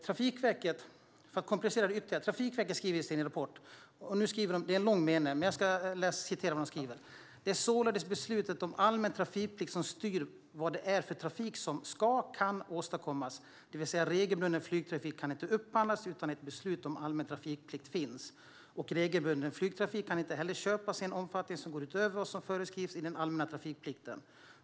Jag ska citera vad som står i Trafikverkets rapport - det är en lång mening: "Det är således beslutet om allmän trafikplikt som styr vad det är för trafik som ska/kan åstadkommas dvs. regelbunden flygtrafik kan inte upphandlas utan att beslut om allmän trafikplikt finns och regelbunden flygtrafik kan inte heller köpas i en omfattning som går utöver vad som föreskrivs i den allmänna trafikplikten."